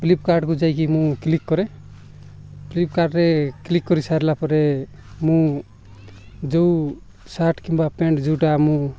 ଫ୍ଲିପକାର୍ଟକୁ ଯାଇକି ମୁଁ କ୍ଲିକ୍ କରେ ଫ୍ଲିପକାର୍ଟରେ କ୍ଲିକ୍ କରିସାରିଲା ପରେ ମୁଁ ଯେଉଁ ସାର୍ଟ କିମ୍ବା ପ୍ୟାଣ୍ଟ ଯେଉଁଟା ମୁଁ